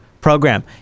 program